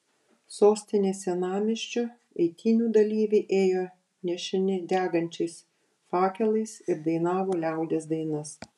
sostinės senamiesčiu eitynių dalyviai ėjo nešini degančiais fakelais ir dainavo liaudies dainas